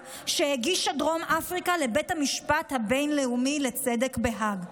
שהגישה דרום אפריקה לבית המשפט הבין-לאומי לצדק בהאג.